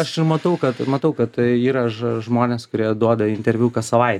aš matau kad matau kad tai yra ž žmonės kurie duoda interviu kas savaitę